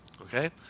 Okay